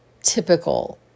typical